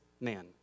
man